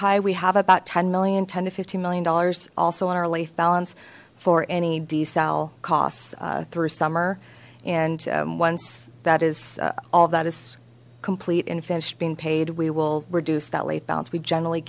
high we have about ten million ten to fifteen million dollars also in our life balance for any d cell costs through summer and once that is all that is complete and finished being paid we will reduce that life balance we generally